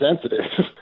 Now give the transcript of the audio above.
sensitive